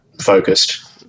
focused